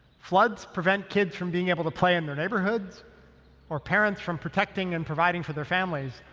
floods prevent kids from being able to play in their neighborhoods or parents from protecting and providing for their families,